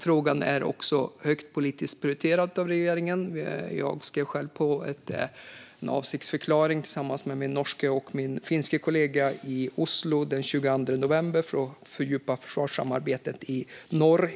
Frågan är högt politiskt prioriterad av regeringen. Jag skrev själv på en avsiktsförklaring tillsammans med mina norska och finska kollegor i Oslo den 22 november för att fördjupa försvarssamarbetet i norr.